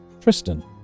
Tristan